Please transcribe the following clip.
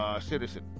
citizen